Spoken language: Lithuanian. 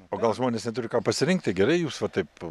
o gal žmonės neturi ką pasirinkti gerai jūs va taip